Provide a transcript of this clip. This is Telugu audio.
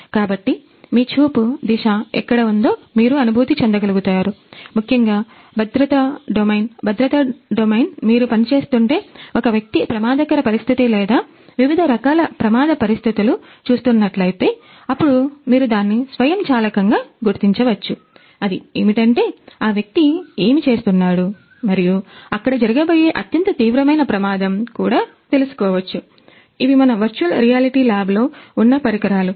కాబట్టి మీ చూపు దిశ ఎక్కడ ఉందో మీరు అనుభూతిచంద గలుగుతారు ముఖ్యంగా aభద్రతా డొమైన్ ఉన్న పరికరాలు